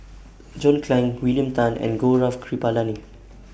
John Clang William Tan and Gaurav Kripalani